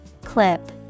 clip